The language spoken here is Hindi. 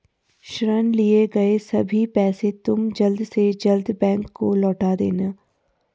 ऋण लिए गए सभी पैसे तुम जल्द से जल्द बैंक को लौटा देना